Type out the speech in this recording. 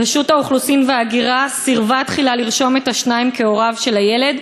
רשות האוכלוסין וההגירה סירבה תחילה לרשום את השניים כהוריו של הילד,